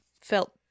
felt